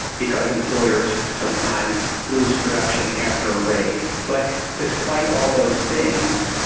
because employers sometimes lose production after a raid, but despite all those things,